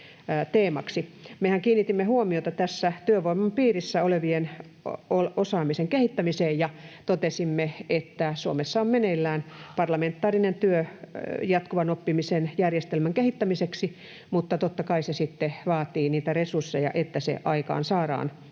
Mehän kiinnitimme huomiota tässä työvoiman piirissä olevien osaamisen kehittämiseen ja totesimme, että Suomessa on meneillään parlamentaarinen työ jatkuvan oppimisen järjestelmän kehittämiseksi, mutta totta kai vaatii resursseja, että se saadaan